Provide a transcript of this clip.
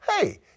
Hey